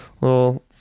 little